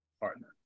partner